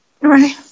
Right